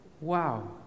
Wow